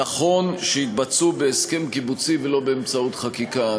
נכון שיתבצעו בהסכם קיבוצי, ולא באמצעות חקיקה.